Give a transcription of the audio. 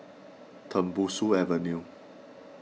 Tembusu Avenue